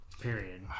Period